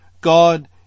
God